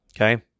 Okay